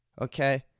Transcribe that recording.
okay